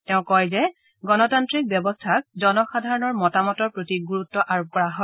তেওঁ কয় যে গণতান্ত্ৰিক ব্যৱস্থাক জনসাধাৰণৰ মতামতৰ প্ৰতি গুৰুত্ব আৰোপ কৰা হয়